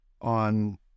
on